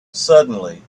suddenly